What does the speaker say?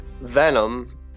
Venom